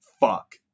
fuck